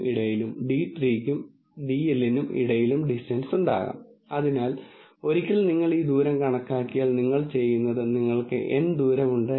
എനിക്ക് ഒരു ഔട്ട് പുട്ടും ഇൻപുട്ടും ഉണ്ടായിരിക്കാം ഒരു പൊതു സാഹചര്യത്തിൽ നമുക്ക് നിരവധി ഇൻപുട്ടുകളും നിരവധി ഔട്ട്പുട്ടുകളും ഉണ്ടാകും